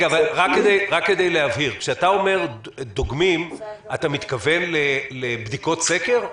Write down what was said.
רק כדי להבהיר: כשאתה אומר "דוגמים" אתה מתכוון לבדיקות סקר?